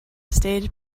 stage